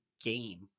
game